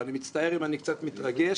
ואני מצטער אם אני קצת מתרגש,